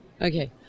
Okay